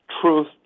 truth